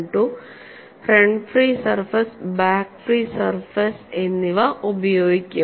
12 front free surface back free surface എന്നിവ ഉപയോഗിക്കും